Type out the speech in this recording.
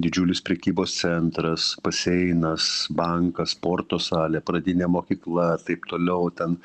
didžiulis prekybos centras baseinas bankas sporto salė pradinė mokykla taip toliau ten